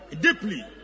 deeply